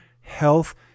Health